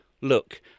look